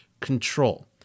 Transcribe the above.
control